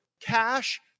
cash